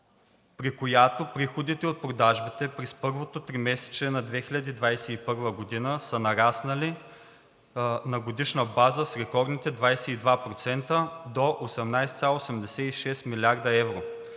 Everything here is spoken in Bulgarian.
при която приходите от продажбите през първото тримесечие на 2021 г. са нараснали на годишна база с рекордните 22% – до 18,86 млрд.евро.